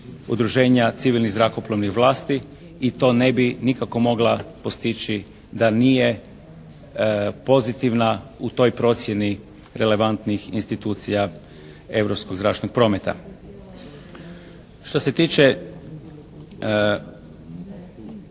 Udruženja civilnih zrakoplovnih vlasti i to ne bi nikako mogla postići da nije pozitivna u toj procjeni relevantnih institucija europskog zračnog prometa. Što se tiče